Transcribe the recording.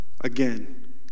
Again